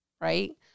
right